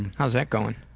how's that going?